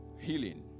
healing